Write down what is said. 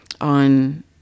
on